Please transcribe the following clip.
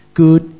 good